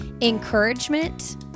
encouragement